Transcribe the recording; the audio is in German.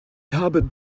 habe